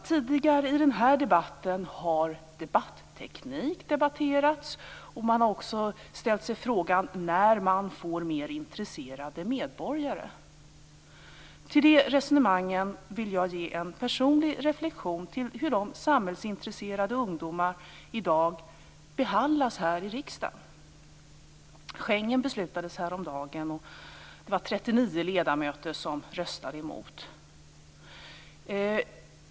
Tidigare i den här debatten har debatteknik debatterats. Man har också ställt sig frågan om när man får mer intresserade medborgare. Till de resonemangen vill jag ge en personlig reflexion om hur samhällsintresserade ungdomar behandlas här i riksdagen. Häromdagen fattades beslut om Schengensamarbetet. Det var 39 ledamöter som röstade emot.